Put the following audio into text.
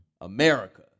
America